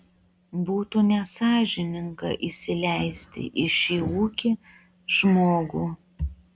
būtų nesąžininga įsileisti į šį ūkį žmogų